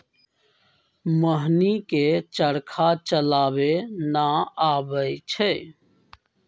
मोहिनी के चरखा चलावे न अबई छई